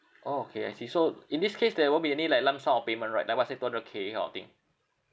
orh okay I see so in this case there won't be any like lump sum of payment right like what I say two hundred K kind of thing